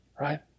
right